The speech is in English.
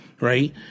right